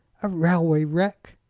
a railway wreck!